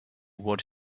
what